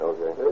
Okay